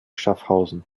schaffhausen